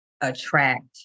attract